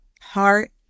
heart